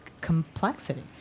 complexity